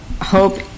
hope